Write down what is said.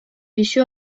pisu